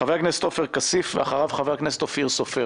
חבר הכנסת עופר כסיף ואחריו, אופיר סופר.